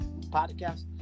podcast